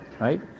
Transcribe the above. right